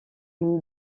une